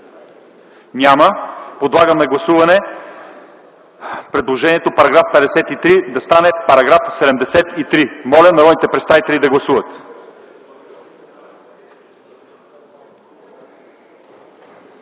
няма. Подлагам на гласуване предложението § 53 да стане § 73. Моля народни представители да гласуват.